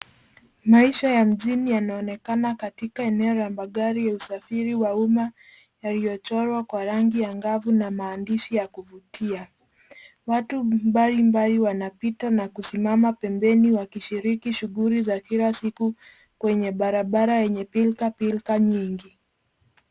Maisha ya mjini yanaonekana katika eneo la magari ya usafiri wa umma yaliyochorwa kwa rangi angavu na maandishi ya kuvutia. Watu mbalimbali wanapita na kusimama pembeni wakishiriki shuguli za kila siku kwenye barabara yenye pilkapilka nyingi.